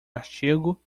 artigo